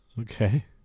Okay